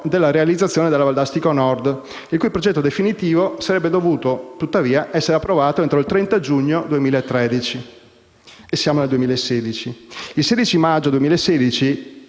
della realizzazione della Valdastico Nord, il cui progetto definitivo sarebbe dovuto, tuttavia, essere approvato entro il 30 giugno 2013, e siamo nel 2016. Il 16 maggio 2016